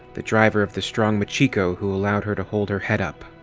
the driver of the strong machiko who allowed her to hold her head up.